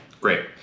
Great